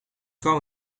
grauw